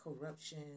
Corruption